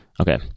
Okay